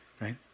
Right